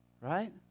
Right